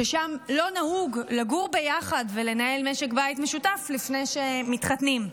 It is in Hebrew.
ששם לא נהוג לגור ביחד ולנהל משק בית משותף לפני שמתחתנים.